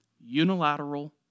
Unilateral